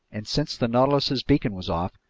and since the nautilus's beacon was off,